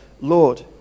Lord